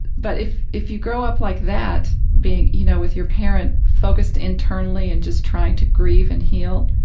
but if if you grow up like that, being you know, with your parent focused internally and just trying to grieve and heal,